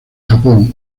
japón